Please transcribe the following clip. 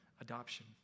adoption